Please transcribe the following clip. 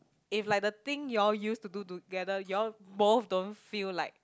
if like the thing you all use to do together you all both don't feel like